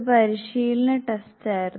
ഇത് പരിശീലന ടെസ്റ്റായിരുന്നു